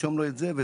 ירשום לו את זה.